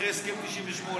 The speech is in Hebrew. אחרי הסכם 1999,